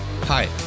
Hi